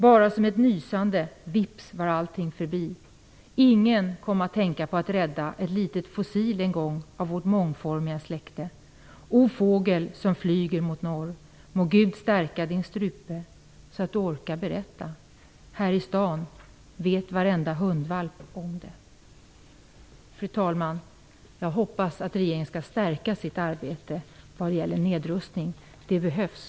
Bara som ett nysande, vips var allting förbi, ingen kom att tänka på att rädda ett litet fossil en gång av vårt mångformiga släkte. O fågel som flyger mot norr, må Gud stärka din strupe, så att du orkar berätta. Här i stan vet varenda hundvalp om det. Fru talman! Jag hoppas att regeringen skall stärka sitt arbete vad gäller nedrustning. Det behövs.